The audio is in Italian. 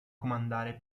comandare